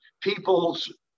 people's